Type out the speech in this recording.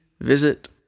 visit